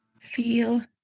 feel